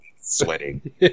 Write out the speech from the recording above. Sweating